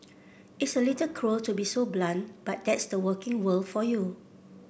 it's a little cruel to be so blunt but that's the working world for you